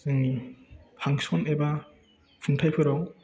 जोंनि फांंसन एबा खुंथायफोराव